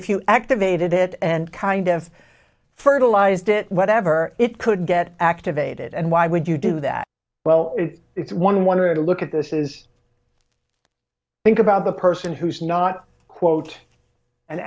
if you activated it and kind of fertilized it whatever it could get activated and why would you do that well it's one wonder to look at this is think about the person who's not quote an